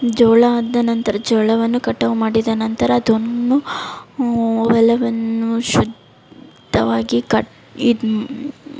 ಜೋಳಾದ ನಂತರ ಜೋಳವನ್ನು ಕಟಾವು ಮಾಡಿದ ನಂತರ ಅದುನ್ನು ಎಲ್ಲವನ್ನೂ ಶುದ್ಧವಾಗಿ ಕಟ್ ಇದು